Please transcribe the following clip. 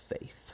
faith